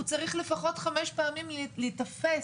הוא צריך לפחות חמש פעמים להיתפס.